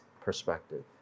perspective